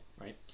right